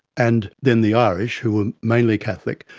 and then the irish who were mainly catholic,